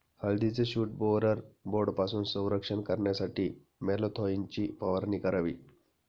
हळदीचे shoot borer बोर्डपासून संरक्षण करण्यासाठी मॅलाथोईनची फवारणी करावी